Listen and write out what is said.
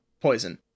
poison